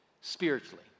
spiritually